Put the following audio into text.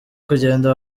kugenda